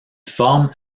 forme